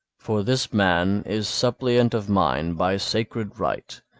for this man is suppliant of mine by sacred right,